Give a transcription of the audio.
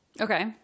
Okay